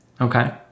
Okay